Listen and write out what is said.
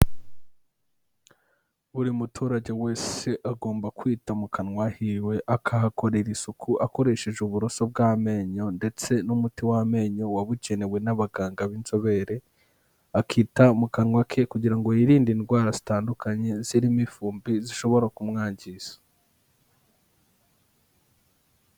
Buri muturage wese agomba kwita mu kanwa h'iwe, akahakorera isuku akoresheje uburoso bw'amenyo ndetse n'umuti w'amenyo wabugenewe n'abaganga b'inzobere, akita mu kanwa ke kugira ngo yirinde indwara zitandukanye zirimo ifumbi zishobora kumwangiza.